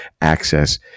access